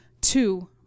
two